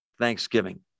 Thanksgiving